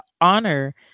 honor